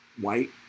white